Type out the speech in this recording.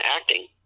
acting